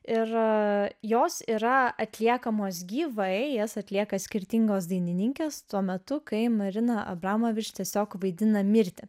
ir jos yra atliekamos gyvai jas atlieka skirtingos dainininkės tuo metu kai marina abramovič tiesiog vaidina mirtį